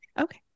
Okay